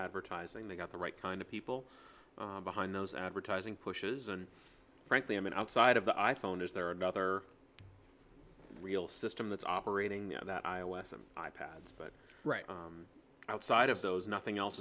advertising they've got the right kind of people behind those advertising pushes and frankly i'm in outside of the i phone is there another real system that's operating that i o s m i pads but right outside of those nothing else